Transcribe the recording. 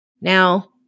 Now